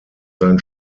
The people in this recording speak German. sein